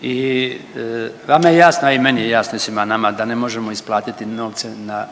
i vama je jasno, a i meni je jasno i svima nama da ne možemo isplatiti novce na,